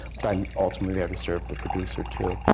but i'm ultimately there to serve the producer, too.